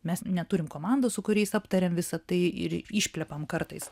mes neturim komandos su kuriais aptariam visa tai ir išplepam kartais